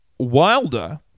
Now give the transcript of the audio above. Wilder